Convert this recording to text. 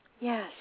Yes